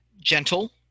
gentle